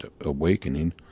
awakening